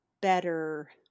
better